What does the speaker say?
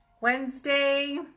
Wednesday